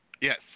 Yes